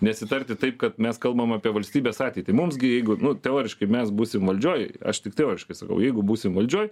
nesitarti taip kad mes kalbam apie valstybės ateitį mums gi jei gu nu teoriškai mes būsim valdžioj aš tik teoriškai sakau jeigu būsim valdžioj